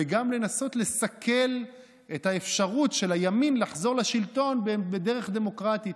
וגם לנסות לסכל את האפשרות של הימין לחזור לשלטון בדרך דמוקרטית.